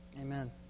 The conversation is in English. amen